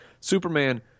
Superman